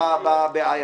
לטפל בבעיה.